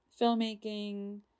filmmaking